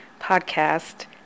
podcast